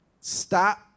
stop